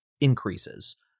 increases